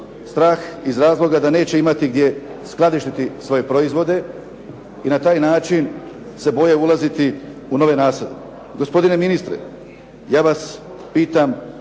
strah iz razloga da neće imati gdje skladištiti svoje proizvode i na taj način se boje ulaziti u nove nasade.